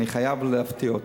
אני חייב להפתיע אותך,